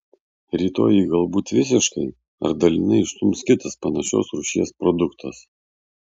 rytoj jį galbūt visiškai ar dalinai išstums kitas panašios rūšies produktas